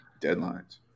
deadlines